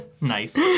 Nice